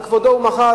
על כבודו הוא מחל,